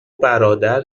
برادر